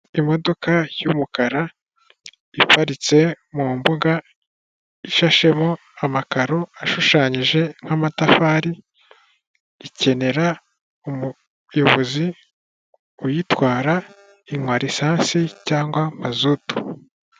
Imodoka y'umukara iparitse mu mbuga ishashemo amakaro ashushanyije nk'amatafari, ikenera umuyobozi uyitwara inywa lisansi cyangwa mazutu.